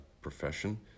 profession